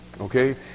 okay